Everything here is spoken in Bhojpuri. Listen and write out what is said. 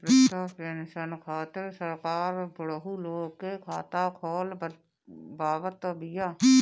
वृद्धा पेंसन खातिर सरकार बुढ़उ लोग के खाता खोलवावत बिया